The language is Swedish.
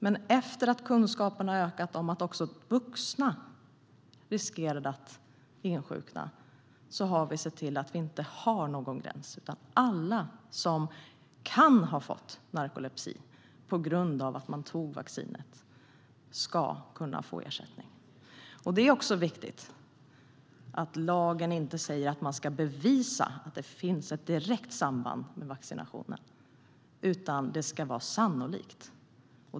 Men efter hand som kunskapen har ökat om att också vuxna riskerade att insjukna har vi sett till att vi inte har någon gräns, utan alla som kan ha fått narkolepsi på grund av att de tog vaccinet ska kunna få ersättning. Det är också viktigt att lagen inte säger att man ska bevisa att det finns ett direkt samband med vaccinationen. Det ska vara sannolikt.